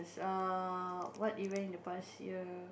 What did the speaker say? err what event in the past year